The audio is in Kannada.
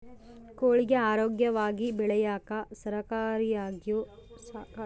ಕೋಳಿಗೆ ಆರೋಗ್ಯವಾಗಿ ಬೆಳೆಯಾಕ ಸಹಕಾರಿಯಾಗೋ ಆಹಾರ ಪದಾರ್ಥಗಳು ಯಾವುವು?